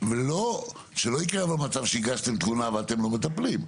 שלא יקרה מצב שהגשתם תלונה ואתם לא מטפלים.